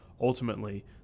Ultimately